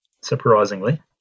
surprisingly